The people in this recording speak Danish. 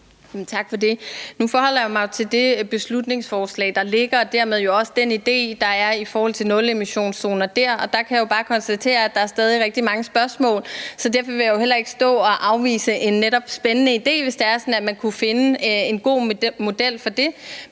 Nu forholder jeg mig jo til det beslutningsforslag, der ligger, og dermed også den idé, der er i forhold til nulemissionszoner dér, og der kan jeg jo bare konstatere, at der stadig er rigtig mange spørgsmål. Derfor vil jeg heller ikke stå og afvise en netop spændende idé, hvis det er sådan, at man kunne finde en god model for det.